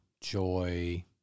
joy